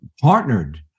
partnered